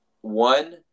one